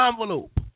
envelope